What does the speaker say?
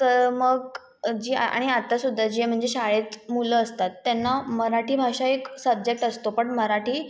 तर मग जी आ आणि आतासुद्धा जे म्हणजे शाळेत मुलं असतात त्यांना मराठी भाषा एक सब्जेक्ट असतो पण मराठी